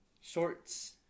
shorts